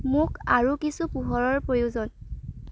মোক আৰু কিছু পোহৰৰ প্ৰয়োজন